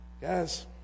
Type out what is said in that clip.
Guys